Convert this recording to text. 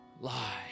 lie